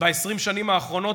ב-20 השנים האחרונות,